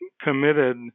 committed